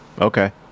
Okay